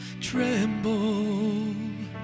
tremble